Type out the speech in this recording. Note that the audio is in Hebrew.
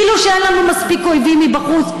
כאילו שאין לנו מספיק אויבים מבחוץ,